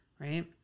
Right